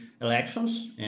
elections